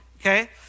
okay